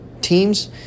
teams